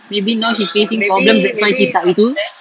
maybe now he's facing problems that's why he tak itu